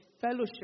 fellowship